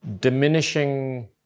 diminishing